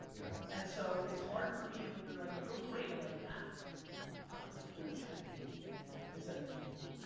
and so it's hard for me and when they're like, you're great, i'm like ah i'm like fuck man, i wish i made me instead of being me.